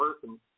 person